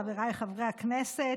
חבריי חברי הכנסת,